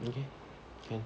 okay can